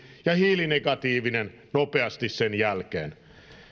ja hiilinegatiivinen nopeasti sen jälkeen